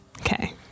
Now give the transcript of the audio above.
okay